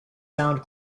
sound